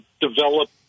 develop